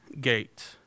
gate